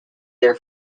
their